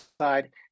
side